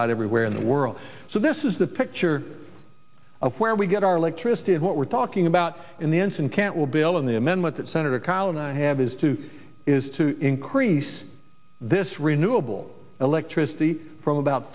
not everywhere in the world so this is the picture of where we get our electricity and what we're talking about in the ensign can't will bill in the amendment that senator kyl and i have is to is to increase this renewable electricity from about